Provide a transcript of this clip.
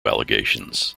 allegations